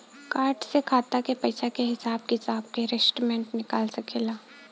Card से खाता के पइसा के हिसाब किताब के स्टेटमेंट निकल सकेलऽ?